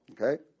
Okay